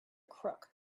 crook